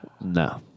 No